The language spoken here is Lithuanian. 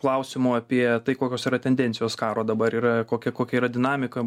klausimu apie tai kokios yra tendencijos karo dabar yra kokia kokia yra dinamika